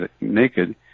naked